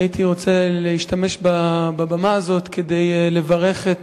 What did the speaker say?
הייתי רוצה להשתמש בבמה הזאת כדי לברך את